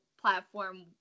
platform